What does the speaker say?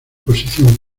posición